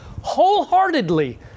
wholeheartedly